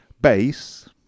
Base